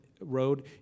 road